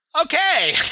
Okay